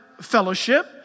fellowship